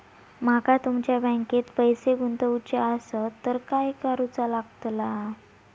माका तुमच्या बँकेत पैसे गुंतवूचे आसत तर काय कारुचा लगतला?